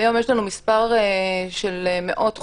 כיום יש לנו מספר של מאות חוקרים.